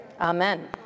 Amen